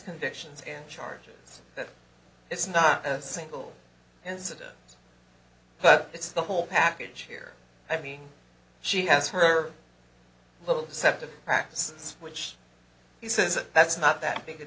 conditions and charges that it's not a single incident but it's the whole package here i mean she has her little deceptive practices which he says that's not that big a